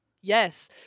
Yes